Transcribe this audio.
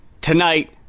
tonight